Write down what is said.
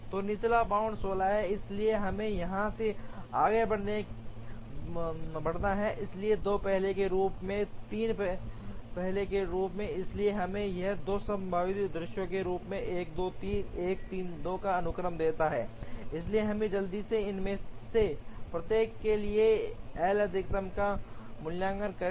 तो निचला बाउंड 16 है इसलिए हमें यहां से आगे बढ़ना है इसलिए 2 पहले के रूप में 3 पहले के रूप में इसलिए यह हमें 2 संभावित दृश्यों के रूप में 1 2 3 1 3 2 का अनुक्रम देता है इसलिए हम जल्दी से इनमें से प्रत्येक के लिए एल अधिकतम का मूल्यांकन करें